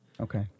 Okay